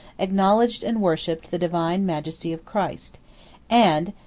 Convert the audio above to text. acknowledged and worshipped the divine majesty of christ and,